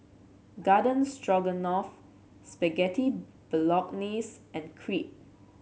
Garden Stroganoff Spaghetti Bolognese and Crepe